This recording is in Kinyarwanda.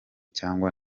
cyangwa